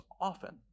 often